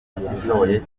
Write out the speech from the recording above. abatishoboye